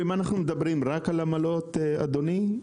אם אנחנו מדברים רק על עמלות, אדוני,